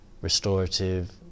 restorative